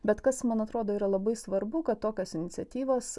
bet kas man atrodo yra labai svarbu kad tokios iniciatyvos